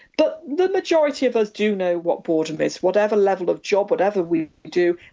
but the majority of us do know what boredom is, whatever level of job, whatever we do,